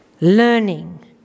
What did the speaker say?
Learning